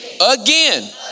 again